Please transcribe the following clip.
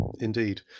indeed